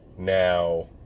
Now